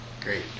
Great